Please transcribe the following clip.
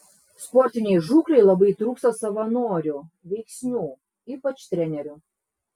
sportinei žūklei labai trūksta savanorių veiksnių ypač trenerių